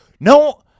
No